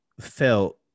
felt